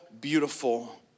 beautiful